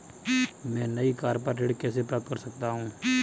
मैं नई कार पर ऋण कैसे प्राप्त कर सकता हूँ?